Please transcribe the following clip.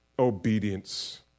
obedience